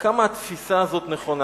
כמה התפיסה הזאת נכונה: